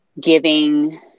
giving